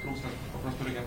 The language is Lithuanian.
trūkstant kol kas turimiem